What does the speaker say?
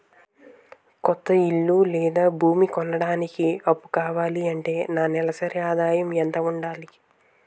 కొత్త ఇల్లు లేదా భూమి కొనడానికి అప్పు కావాలి అంటే నా నెలసరి ఆదాయం ఎంత ఉండాలి?